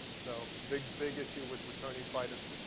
so big big issue with returning fighters.